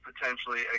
potentially